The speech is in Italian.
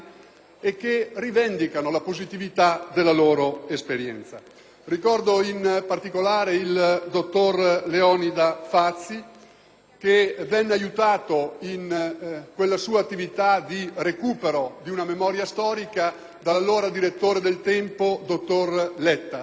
e che rivendicano la positività della loro esperienza. Ricordo, in particolare, il dottor Leonida Fazi, che venne aiutato nella sua attività di recupero della memoria storica dall'allora direttore de «Il Tempo», dottor Letta.